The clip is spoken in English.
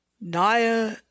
Naya